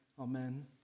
amen